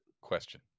Question